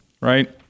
right